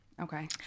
Okay